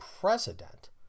president